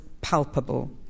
palpable